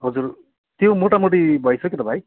हजुर त्यो मोटामोटी भइसक्यो त भाइ